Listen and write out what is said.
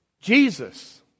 Jesus